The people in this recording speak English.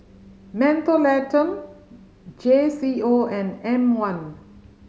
Mentholatum J C O and M One